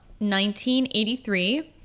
1983